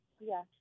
yes